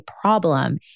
problem